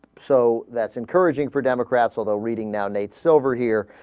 so that's encouraging for democrats although reading now nate's over here